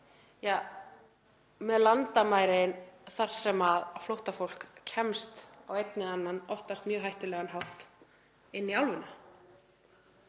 eru með landamæri þar sem flóttafólk kemst á einn eða annan, oftast mjög hættulegan, hátt inn í álfuna.